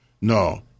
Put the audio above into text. No